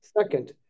Second